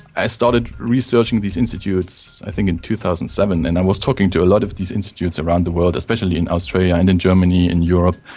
i started researching these institutes i think in two thousand and seven, and i was talking to a lot of these institutes around the world, especially in australia and in germany, in europe,